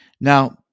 Now